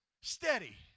steady